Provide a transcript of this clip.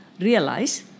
Realize